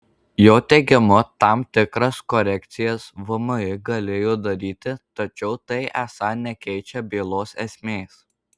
jo teigimu tam tikras korekcijas vmi galėjo daryti tačiau tai esą nekeičia bylos esmės